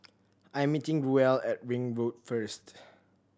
I am meeting Ruel at Ring Road first